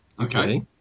Okay